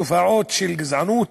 תופעות של גזענות,